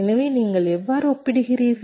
எனவே நீங்கள் எவ்வாறு ஒப்பிடுகிறீர்கள்